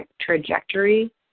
trajectory